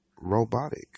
robotic